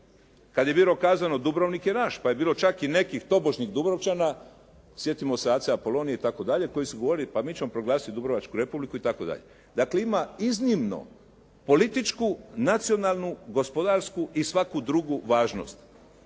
kad je bilo kazano Dubrovnik je naš, pa je bilo čak i nekih tobožnjih Dubrovčana sjetimo se Ace Apolonije itd. koji su govorili pa mi ćemo proglasiti Dubrovačku Republiku itd. Dakle, ima iznimno političku, nacionalnu, gospodarsku i svaku drugu važnost